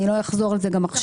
אני לא אחזור על זה גם עכשיו.